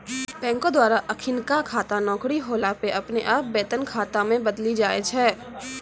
बैंको द्वारा अखिनका खाता नौकरी होला पे अपने आप वेतन खाता मे बदली जाय छै